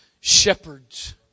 shepherds